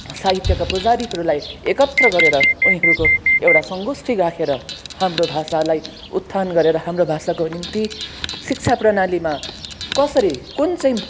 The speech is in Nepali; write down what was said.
साहित्यका पुजारीहरूलाई एकत्र गरेर उनीहरूको एउटा सङ्गोष्ठी राखेर हाम्रो भाषालाई उत्थान गरेर हाम्रो भाषाको निम्ति शिक्षा प्रणालीमा कसरी कुन चाहिँ